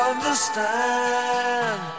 Understand